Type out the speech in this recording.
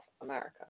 America